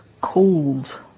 cold